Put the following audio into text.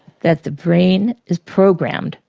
that the brain is programmed,